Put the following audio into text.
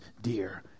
dear